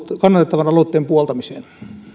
kannatettavan aloitteen puoltamiseen